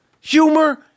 humor